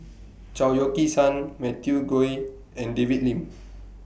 Chao Yoke San Matthew Ngui and David Lim